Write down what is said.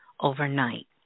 overnight